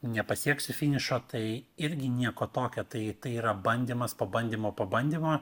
nepasieksiu finišo tai irgi nieko tokio tai yra bandymas po bandymo po bandymo